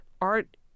art